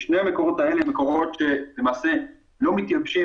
שני המקורות האלה למעשה, מקורות לא מתייבשים